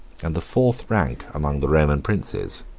and the fourth rank among the roman princes,